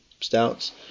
stouts